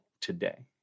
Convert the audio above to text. today